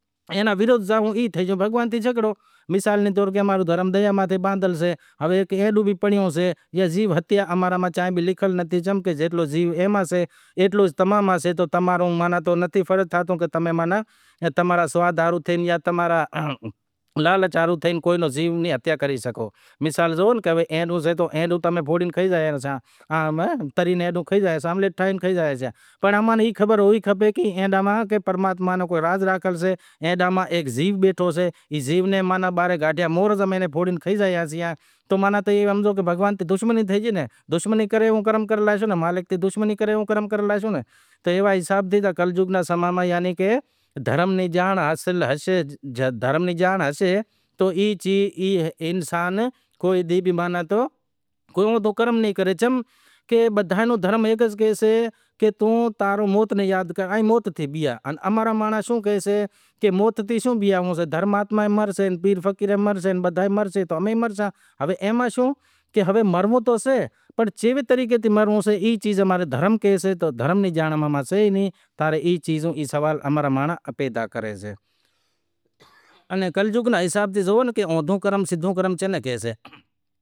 رات رو مینڑو راکھتا، رات رو مینڑو ای شئے کہ گریب مانڑو، کو آٹھ دیگاں، کو داہ دیکاں پورے نیں پڑے شگتا۔ امیں کوشش ای کری کہ تھوڑے ٹیم ری تبدیلی کری شے کہ ڈانہن رو ٹانڑو راکھیو شے زیکو بھی سئے ودہیک ناں تو بھی پانس نیانڑیں زماڑے پسے ایئاں رے نام رو زیکو بھی گیتا پاٹھ کرائے اینا نام ری دعا مانگے تو پرماتما اینا سٹھے گھرے اوتار لائے اینا نمونے تھی ہمیں جیکو بھی سئے ای اتارے خاص کرے امیں کرے رہیا سے جیکو بھی امارے وڈیارے قوم رو سئے کوشش اما ری ای لاگل پڑی سئے کہ اماں میں جیکو بھی سئے ریت رسم سئے جیکو بھی سئے ای تو ای نائیں کی ام میں ساگی کرسے پر شادی مرادی ایئاں مہینڑاں خاش کرے تھوڑی اماری تبدیلی آوی شے۔ بدیلی لایا تی شوں کی امارا کجھ ناں کجھ بیزو ناں تو خرچ پانڑی جیکو بھی سئے کجھ ناں کجھ تو بچاوتا سیں۔ ای پیسو بچائے امیں اماں را سوکراں ناں تعلیم ڈیاوڑشاں۔ تعلیم آلا تی پسے خبر پڑسے کہ یار واقعے تعلیم ہیک شعور ہوشے ای وجہ تی ہماری وڈیار قوم مہیں ای ہماری کوشش لاگل پڑی شئہ کہ ہمیں اگر لائوں۔